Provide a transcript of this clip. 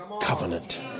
covenant